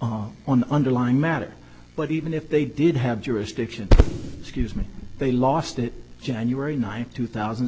on underlying matter but even if they did have jurisdiction excuse me they lost that january ninth two thousand